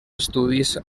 estudis